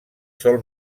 sol